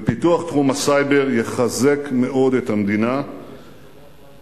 ופיתוח תחום הסייבר יחזק מאוד את המדינה ואת